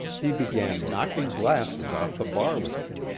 he began knocking glasses off the bar with it.